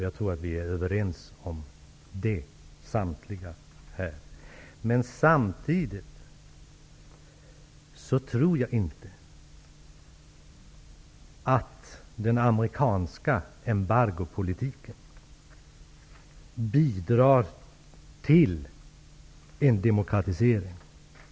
Jag tror att samtliga här är överens om det. Men samtidigt tror jag inte att den amerikanska embargopolitiken bidrar till en demokratisering.